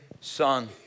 Son